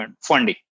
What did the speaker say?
funding